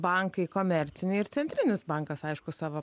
bankai komerciniai ir centrinis bankas aišku savo